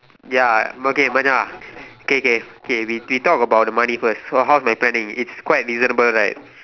ya uh okay Macha K K K we we talk about the money first so how's my planning it's quite reasonable right